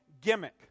gimmick